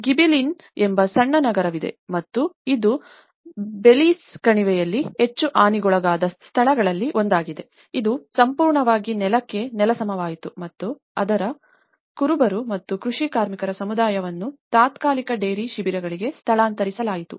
ಗಿಬೆಲಿನಾ ಎಂಬ ಸಣ್ಣ ನಗರವಿದೆ ಮತ್ತು ಇದು ಬೆಲೀಸ್ ಕಣಿವೆಯಲ್ಲಿ ಹೆಚ್ಚು ಹಾನಿಗೊಳಗಾದ ಸ್ಥಳಗಳಲ್ಲಿ ಒಂದಾಗಿದೆ ಇದು ಸಂಪೂರ್ಣವಾಗಿ ನೆಲಕ್ಕೆ ನೆಲಸಮವಾಯಿತು ಮತ್ತು ಅದರ ಕುರುಬರು ಮತ್ತು ಕೃಷಿ ಕಾರ್ಮಿಕರ ಸಮುದಾಯವನ್ನು ತಾತ್ಕಾಲಿಕ ಡೇರೆ ಶಿಬಿರಗಳಿಗೆ ಸ್ಥಳಾಂತರಿಸಲಾಯಿತು